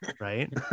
Right